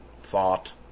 thought